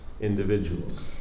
individuals